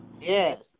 Yes